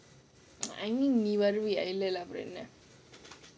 I mean வரலல அப்புறம் என்ன:varalala appuram enna